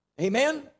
Amen